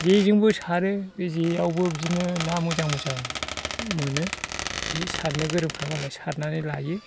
जेजोंबो सारो बे जेयावबो बिदिनो ना मोजां मोजां मोनो जे सारनो गोरोंफ्रा मालाय सारनानै लायो